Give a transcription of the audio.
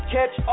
Catch